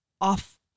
off